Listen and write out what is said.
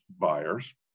buyers